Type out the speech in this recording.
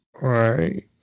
right